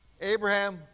Abraham